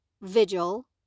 vigil